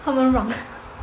他们让